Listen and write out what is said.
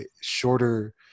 shorter